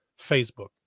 Facebook